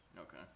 Okay